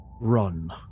Run